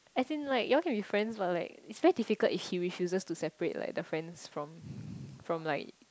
as in like you all can be friends but like it's very difficult if he refuses to separate like the friends from from like